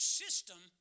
system